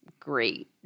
Great